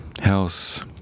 house